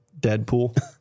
Deadpool